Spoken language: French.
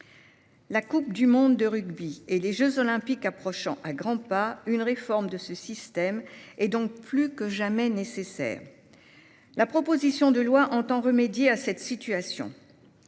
La coupe du monde de rugby et les jeux Olympiques approchant à grands pas, une réforme de ce système est plus que jamais nécessaire. La présente proposition de loi vise à remédier à cette situation.